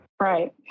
Right